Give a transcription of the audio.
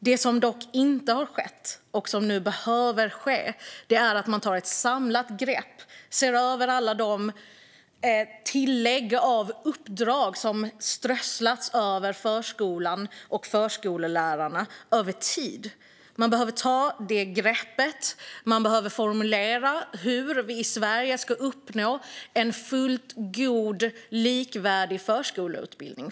Det som dock inte har skett och som nu behöver ske är att man tar ett samlat grepp och ser över alla de tillägg av uppdrag som har strösslats över förskolan och förskollärarna. Man behöver ta det greppet. Man behöver formulera hur vi i Sverige ska uppnå en fullgod och likvärdig förskola.